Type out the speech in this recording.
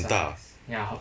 很大 ah